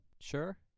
sure